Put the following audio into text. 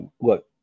Look